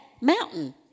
mountain